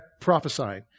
prophesying